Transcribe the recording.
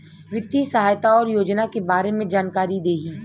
वित्तीय सहायता और योजना के बारे में जानकारी देही?